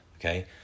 Okay